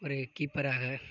ஒரு கீப்பராக